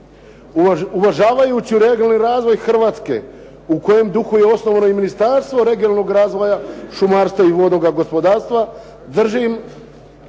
Uvažavajući regionalni razvoj Hrvatske, u kojem duhu je osnovano i Ministarstvo regionalnog razvoja, šumarstvo i vodnoga gospodarstva. Držim